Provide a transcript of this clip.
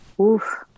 oof